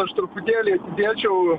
aš truputėlį dėčiau